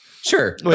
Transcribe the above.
sure